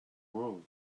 world